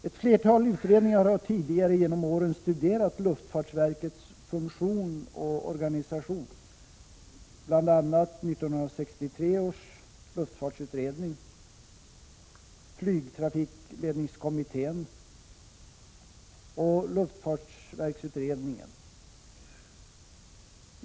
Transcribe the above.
Ett flertal utredningar har tidigare genom åren studerat luftfartsverkets funktion och organisation, bl.a. 1963 års luftfartsutredning , flygtrafikledningskommittén och luftfartsverksutredningen .